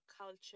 culture